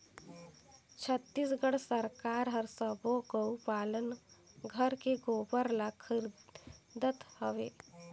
छत्तीसगढ़ सरकार हर सबो गउ पालन घर के गोबर ल खरीदत हवे